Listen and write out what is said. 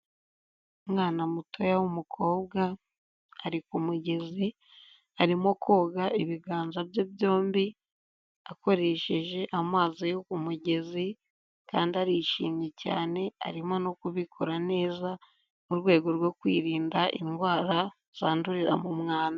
Umwana mutoya w'umukobwa ari ku mugezi arimo koga ibiganza bye byombi akoresheje amazi yo kumugezi, kandi arishimye cyane, arimo no kubikora neza mu rwego rwo kwirinda indwara zandurira mu mwanda.